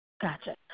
Gotcha